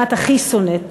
מה את הכי שונאת.